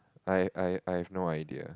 I I I have no idea